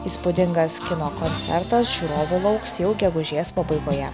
įspūdingas kino koncertas žiūrovų lauks jau gegužės pabaigoje